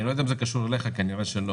אני לא יודע אם זה קשור אליך, כנראה שלא.